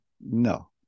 no